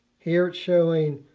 here it's showing,